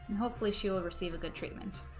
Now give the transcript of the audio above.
hopefully she will receive a good treatment